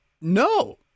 No